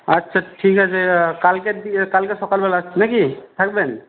আচ্ছা ঠিক আছে কালকে কালকে সকালবেলা আসছি না কি থাকবেন